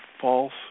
false